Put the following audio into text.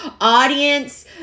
audience